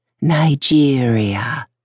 Nigeria